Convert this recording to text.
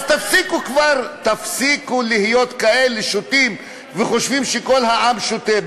אז תפסיקו להיות כאלה שוטים ולחשוב שכל העם שוטה.